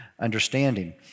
understanding